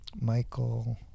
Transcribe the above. Michael